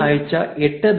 ഈ ആഴ്ച 8